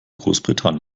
großbritannien